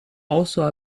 also